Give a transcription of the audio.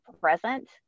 present